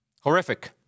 Horrific